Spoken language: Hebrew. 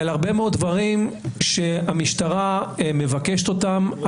על הרבה מאוד דברים שהמשטרה מבקשת אותם,